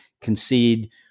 concede